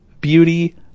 beauty